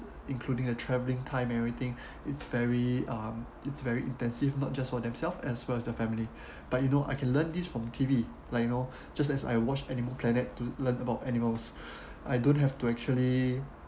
including a travelling time and everything it's very um it's very intensive not just for themselves as well as the family but you know I can learn this from T_V like you know just as I watch animal planet to learn about animals I don't have to actually